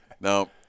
Now